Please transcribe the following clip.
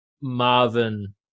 Marvin